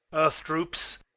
earth droops,